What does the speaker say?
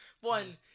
one